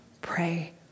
pray